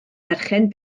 berchen